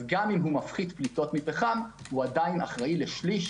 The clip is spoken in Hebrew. אז גם אם הוא מפחית פליטות מפחם הוא עדיין אחראי לשליש